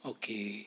okay